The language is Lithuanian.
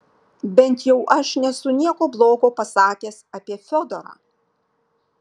bent jau aš nesu nieko blogo pasakęs apie fiodorą